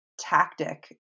Tactic